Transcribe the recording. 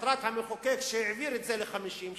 מטרת המחוקק שהעביר את זה ל-50,